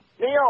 Neil